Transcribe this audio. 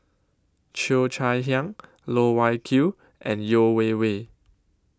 Cheo Chai Hiang Loh Wai Kiew and Yeo Wei Wei